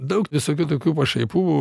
daug visokių tokių pašaipų